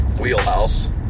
wheelhouse